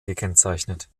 gekennzeichnet